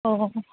ஓ ஓ